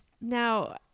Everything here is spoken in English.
now